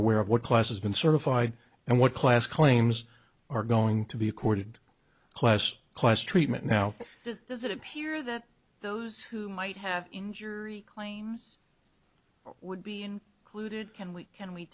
aware of what class has been certified and what class claims are going to be accorded class class treatment now does it appear that those who might have injury claims would be in clude it can we can we